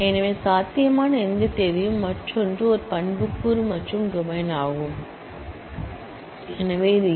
எனவே சாத்தியமான எந்த தேதியும் மற்றொன்று ஒரு பண்புக்கூறு மற்றும் இது டொமைன் ஆகும் எனவே இது ஏ